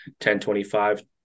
1025